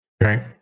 Right